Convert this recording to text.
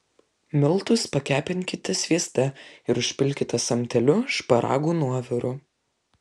miltus pakepinkite svieste ir užpilkite samteliu šparagų nuoviru